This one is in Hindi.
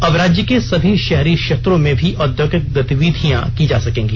अब राज्य के सभी शहरी क्षेत्रों में भी औद्योगिक गतिविधियां की जा सकेंगी